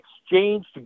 exchanged